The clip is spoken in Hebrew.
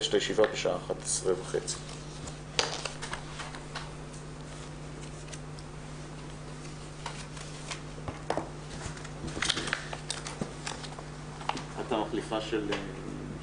הישיבה ננעלה בשעה 10:52.